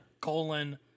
colon